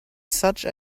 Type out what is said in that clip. such